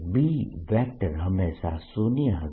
B હંમેશાં શુન્ય હશે